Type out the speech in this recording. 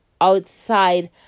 outside